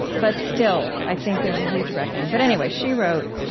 but still, i think there's a huge reckoning. but anyway, she wrote,